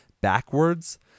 backwards